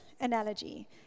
analogy